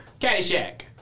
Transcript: Caddyshack